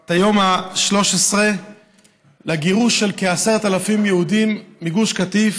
את היום ה-13 לגירוש של כ-10,000 יהודים מגוש קטיף.